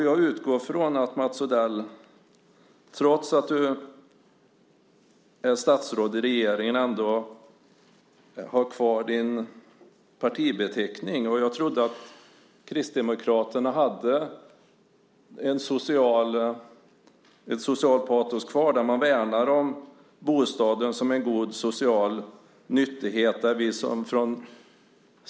Jag utgår från att Mats Odell, trots att han är statsråd i regeringen, ändå har kvar sin partibeteckning. Jag trodde att Kristdemokraterna hade ett socialt patos kvar och värnade om bostaden som en god social nyttighet.